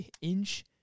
inch